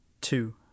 Two